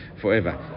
forever